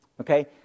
Okay